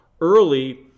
early